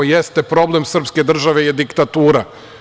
Jeste problem srpske države je diktatura.